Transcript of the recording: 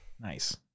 Nice